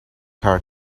her